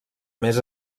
més